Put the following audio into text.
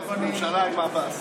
ממשלה עם עבאס.